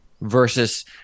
versus